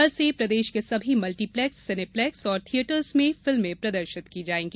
कल से प्रदेश के सभी मल्टिप्लेक्स सिनेप्लेक्स और थिएटर्स में फिल्में प्रदर्शित की जायेंगी